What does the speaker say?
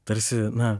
tarsi na